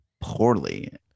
poorly